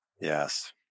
Yes